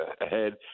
ahead